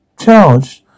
charged